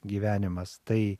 gyvenimas tai